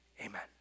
amen